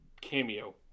cameo